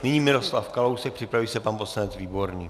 Nyní Miroslav Kalousek, připraví se pan poslanec Výborný.